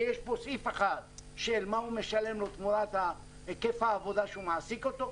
ויש פה סעיף אחד של מה הוא משלם לו תמורת היקף העבודה שהוא מעסיק אותו,